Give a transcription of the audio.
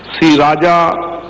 da da